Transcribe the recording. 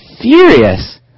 furious